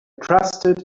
trusted